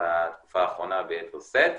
בתקופה האחרונה ביתר שאת.